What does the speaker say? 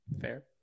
Fair